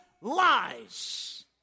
lies